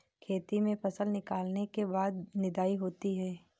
खेती में फसल निकलने के बाद निदाई होती हैं?